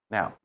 Now